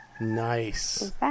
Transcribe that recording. nice